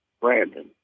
Brandon